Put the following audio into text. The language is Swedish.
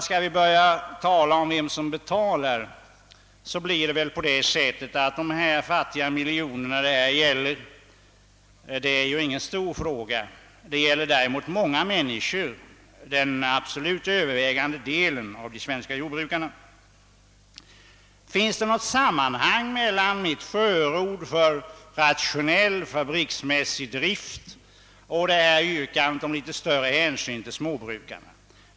Skall vi börja tala om vem som betalar måste man konstatera att de fattiga miljoner det här gäller inte är någon stor fråga men att den har betydelse för många människor, kanske den övervägande delen av de svenska jordbrukarna. Finns det något samband mellan mitt förord för rationell, fabriksmässig drift och yrkandet på något större hänsyn till småbrukarna?